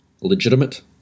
legitimate